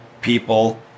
people